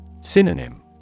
Synonym